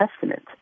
Testament